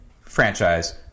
franchise